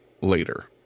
later